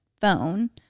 phone